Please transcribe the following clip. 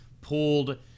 pulled